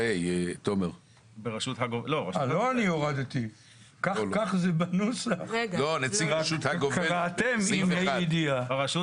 לא, אני רואה גם שנציג הרשות